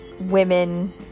women